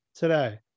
today